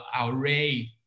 array